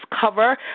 cover